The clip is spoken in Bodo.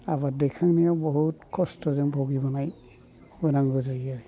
आबाद देखानायाव बहुद खस्थ' जों फुगिबोनांगौ जायो